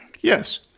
Yes